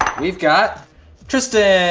we've got tristan!